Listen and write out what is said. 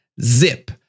zip